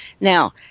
Now